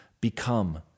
Become